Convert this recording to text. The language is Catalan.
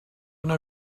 una